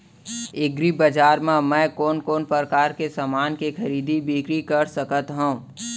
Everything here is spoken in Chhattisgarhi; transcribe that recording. एग्रीबजार मा मैं कोन कोन परकार के समान के खरीदी बिक्री कर सकत हव?